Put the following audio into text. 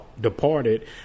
departed